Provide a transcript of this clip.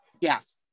yes